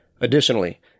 additionally